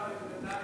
הרב אלי בן-דהן,